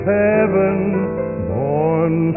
heaven-born